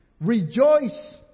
Rejoice